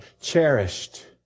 cherished